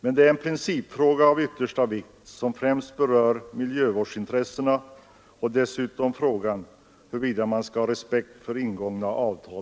Men det är en principfråga av yttersta vikt som främst berör miljövårdsintressena och dessutom frågan om huruvida man skall ha respekt för ingångna avtal.